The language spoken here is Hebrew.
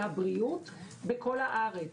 והבריאות בכל הארץ.